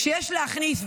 שיש להכניס,